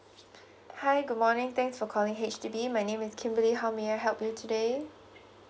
hi good morning thanks for calling H_D_B my name is kimberly how may I help you today